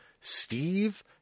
Steve